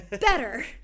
better